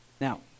Now